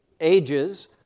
ages